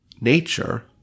nature